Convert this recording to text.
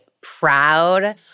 proud